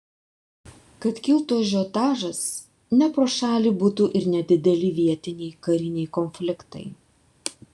kad kiltų ažiotažas ne pro šalį būtų ir nedideli vietiniai kariniai konfliktai